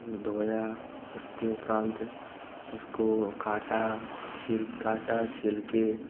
धोया उसके उपरान्त उसको काटा छिल काटा छीलकर